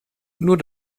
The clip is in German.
nur